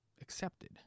accepted